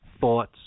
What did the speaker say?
thoughts